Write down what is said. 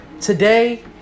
Today